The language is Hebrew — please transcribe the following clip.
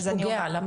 הרי יש פוגע, לא?